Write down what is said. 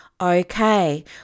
Okay